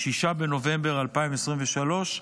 6 בנובמבר 2023,